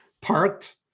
parked